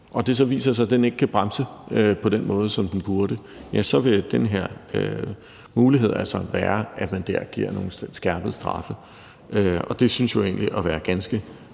Det viser sig så, at den ikke kan bremse på den måde, som den burde. Ja, så vil den her mulighed altså være, at man der giver nogle skærpede straffe, og det synes jo egentlig at være ganske